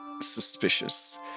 suspicious